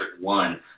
one